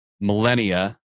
millennia